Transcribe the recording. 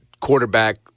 quarterback